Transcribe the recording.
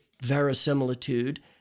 verisimilitude